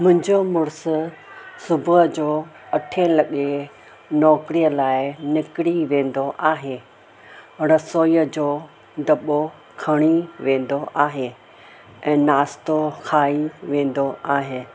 मुंहिंजो मुड़ुसु सुबुह जो अठे लॻे नौकरीअ लाइ निकिरी वेंदो आहे रसोईअ जो दॿो खणी वेंदो आहे ऐं नाश्तो खाई वेंदो आहे